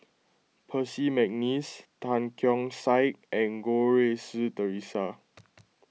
Percy McNeice Tan Keong Saik and Goh Rui Si theresa